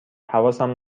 حواسم